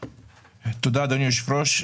תודה, אדוני היושב-ראש.